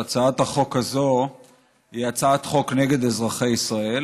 הצעת החוק הזו היא הצעת חוק נגד אזרחי ישראל,